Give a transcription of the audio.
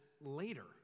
later